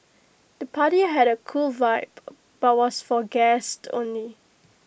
the party had A cool vibe but was for guests only